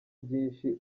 byinshi